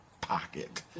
pocket